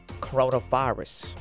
coronavirus